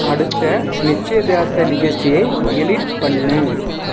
அடுத்த நிச்சயதார்த்த நிகழ்ச்சியை டெலீட் பண்ணு